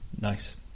Nice